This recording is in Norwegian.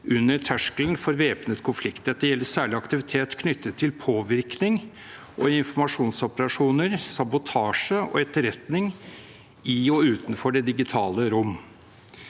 andre saker Dette gjelder særlig aktivitet knyttet til påvirkning og informasjonsoperasjoner, sabotasje og etterretning i og utenfor det digitale rom.»